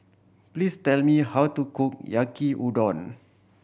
please tell me how to cook Yaki Udon